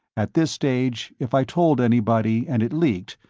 at this stage, if i told anybody and it leaked,